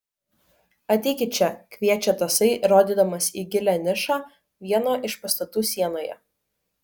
ateikit čia kviečia tasai rodydamas į gilią nišą vieno iš pastatų sienoje